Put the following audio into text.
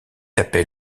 appel